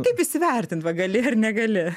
kaip įsivertint va gali ar negali